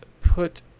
put